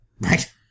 Right